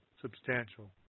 substantial